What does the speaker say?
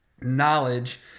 knowledge